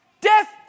death